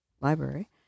Library